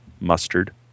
mustard